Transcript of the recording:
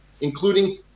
including